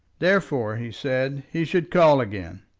therefore, he said, he should call again.